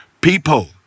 people